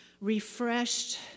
refreshed